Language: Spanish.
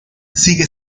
sigue